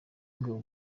w’ingabo